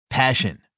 Passion